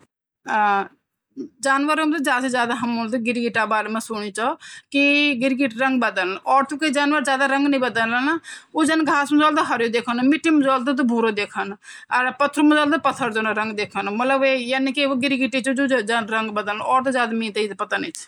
किण्वन प्रक्रिया खाद्य पदार्थ अर पेय पदार्थ मा कुछ खास बदलाव ल्याण्दु: पौष्टिकता बधाणु: किण्वन मा लाभकारी बैक्टीरिया अर खमीर पनपण, जेसी पौष्टिक तत्व जैसे विटामिन बी, प्रोबायोटिक्स अर एंजाइम बढ़णु. यु से पाचन अर इम्यून सिस्टम मज़बूत होणु. स्वाद अर खुशबू बदलणु: किण्वन मा चीनी अर कार्बोहाइड्रेट टूटिक अलग फ्लेवर बणणु. यु से खट्टा, तीखा अर कुछ नया स्वाद मिलनु।